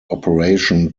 operation